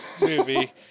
movie